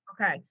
Okay